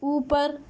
اوپر